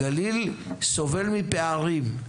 הגליל סובל מפערים.